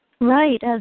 Right